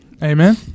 Amen